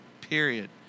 period